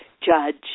judge